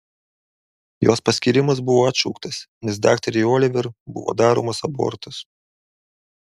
jos paskyrimas buvo atšauktas nes daktarei oliver buvo daromas abortas